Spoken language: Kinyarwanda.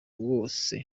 wose